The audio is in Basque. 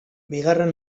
bigarren